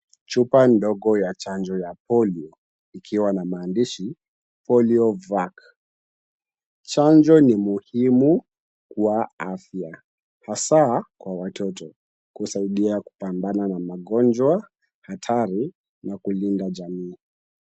Chupa ndogo ya chanjo ya polio ikiwa na maandishi Poliovac. Chanjo ni muhimu kwa afya, hasaa kwa watoto. Kusaidia kupambana na magonjwa hatari na kulinda jamii.